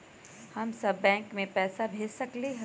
हम सब बैंक में पैसा भेज सकली ह?